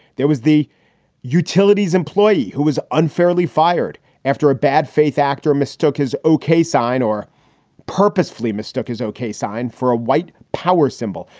there was the utilities employee who was unfairly fired after a bad faith actor mistook his okay sign or purposefully mistook his okay sign for a white power symbol.